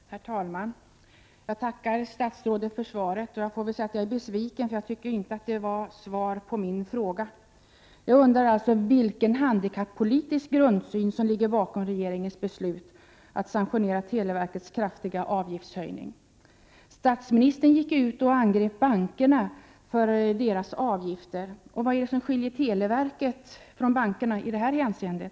Herr talman! Jag tackar statsrådet för svaret. Jag är besviken, för det gav inte svar på min fråga. Jag undrar alltså vilken handikappolitisk grundsyn som ligger bakom regeringens beslut att sanktionera televerkets kraftiga avgiftshöjning. Statsministern angrep ju bankerna för deras avgifter. Vad skiljer televerket från bankerna i detta hänseende?